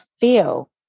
feel